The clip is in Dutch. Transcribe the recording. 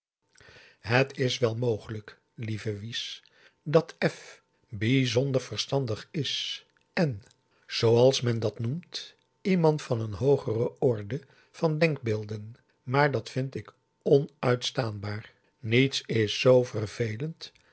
het is wel mogelijk lieve wies dat f bijzonder verstandig is en zooals men dat noemt iemand van een hoogere orde van denkbeelden maar dat vind ik onuitstaanbaar niets is zoo vervelend